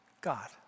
God